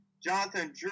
Jonathan